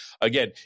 again